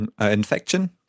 Infection